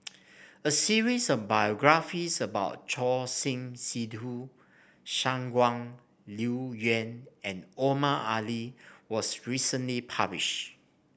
a series of biographies about Choor Singh Sidhu Shangguan Liuyun and Omar Ali was recently published